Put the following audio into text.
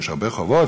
יש הרבה חובות,